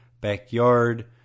backyard